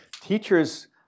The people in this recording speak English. teachers